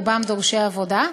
רובם דורשי עבודה,